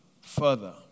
further